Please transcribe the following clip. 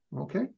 Okay